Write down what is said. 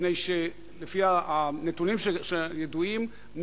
מפני שלפי הנתונים שידועים,